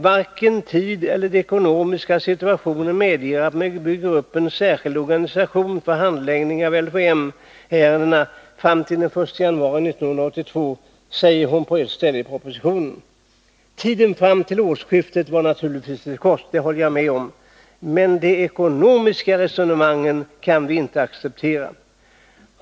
Varken tiden eller den ekonomiska situationen medger att man bygger upp en särskild organisation för handläggning av LVM-ärendena fram till den 1 januari 1982, säger hon på ett ställe i propositionen. Tiden fram till årsskiftet är naturligtvis för kort — det håller jag med om. Men de ekonomiska resonemangen kan vi inte acceptera.